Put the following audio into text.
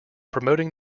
promoting